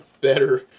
better